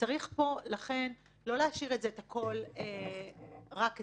לא צריך להשאיר את הכול רק אצלה,